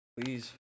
Please